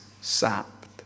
sapped